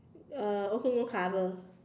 uh also no cover